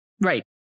Right